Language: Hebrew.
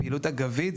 פעילות אגבית.